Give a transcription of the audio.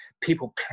people